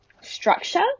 structure